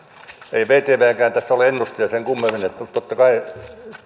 ei vtvkään tässä ole ennustaja sen kummemmin mutta totta kai